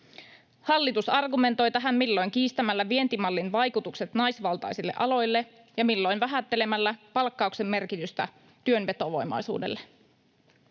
Hallitus argumentoi tähän milloin kiistämällä vientimallin vaikutukset naisvaltaisiin aloihin ja milloin vähättelemällä palkkauksen merkitystä työn vetovoimaisuudelle.